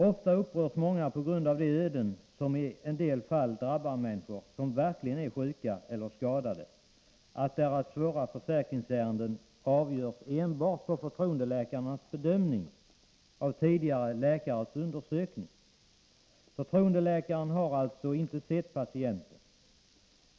Många upprörs av de öden som i en del fall drabbar människor som verkligen är sjuka eller skadade när deras svåra försäkringsärenden avgörs enbart genom förtroendeläkarnas bedömning av tidigare läkares undersökningar. Förtroendeläkaren har alltså inte sett patienten.